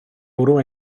bwrw